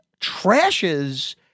trashes